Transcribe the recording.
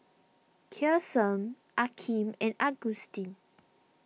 Kyson Akeem and Agustin